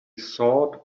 thought